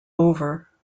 over